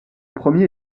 premier